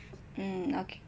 mm okay